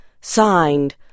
Signed